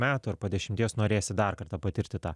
metų ar po dešimties norėsi dar kartą patirti tą